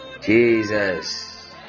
Jesus